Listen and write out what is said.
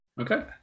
Okay